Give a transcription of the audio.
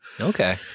Okay